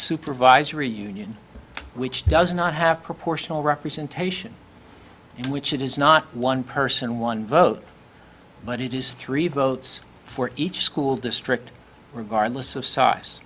supervisory union which does not have proportional representation in which it is not one person one vote but it is three votes for each school district regardless of s